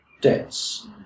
debts